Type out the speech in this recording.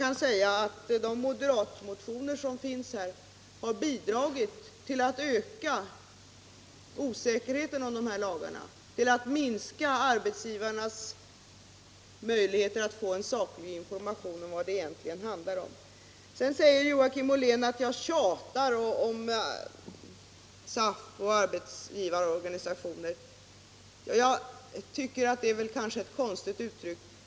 Jag tror att de moderatmotioner som behandlas i dag har bidragit till att öka osäkerheten om dessa lagar och till att minska arbetsgivarnas möjligheter att få en saklig information om vad det egentligen handlar om. Sedan säger Joakim Ollén att jag tjatar om SAF och arbetsgivarorganisationer. Jag tycker det är konstigt uttryckt.